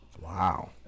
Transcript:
Wow